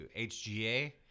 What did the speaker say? HGA